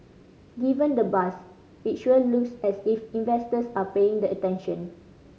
given the buzz it sure looks as if investors are paying attention